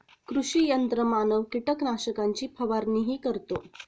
कृषी यंत्रमानव कीटकनाशकांची फवारणीही करतो